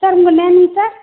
sir உங்கள் நேமுங்க sir